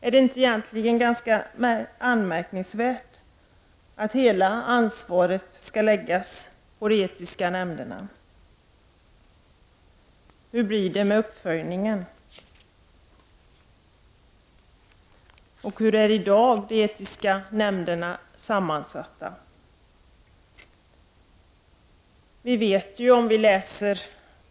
Är det inte egentligen anmärkningsvärt att hela ansvaret skall läggas på de etiska nämnderna? Hur blir det med uppföljningen? Hur är de etiska nämnderna sammansatta i dag?